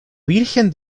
virgen